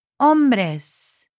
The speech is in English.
hombres